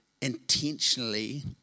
intentionally